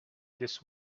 this